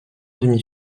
demi